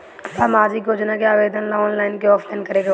सामाजिक योजना के आवेदन ला ऑनलाइन कि ऑफलाइन करे के होई?